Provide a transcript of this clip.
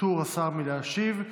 פטור השר מלהשיב.